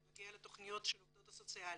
זה נוגע לתכניות של העובדות הסוציאליות,